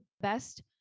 Best